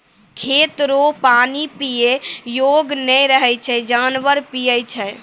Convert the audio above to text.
खेत रो पानी पीयै योग्य नै रहै छै जानवर पीयै छै